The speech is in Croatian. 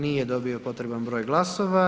Nije dobio potreban broj glasova.